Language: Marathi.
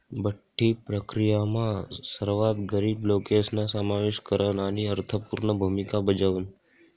बठ्ठी प्रक्रीयामा सर्वात गरीब लोकेसना समावेश करन आणि अर्थपूर्ण भूमिका बजावण